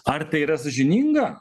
ar tai yra sąžininga